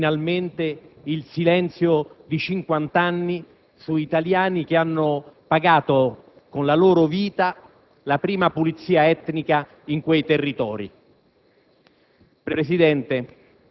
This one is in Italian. riscattano finalmente il silenzio di cinquanta anni su italiani che hanno pagato con la loro vita la prima pulizia etnica in quei territori.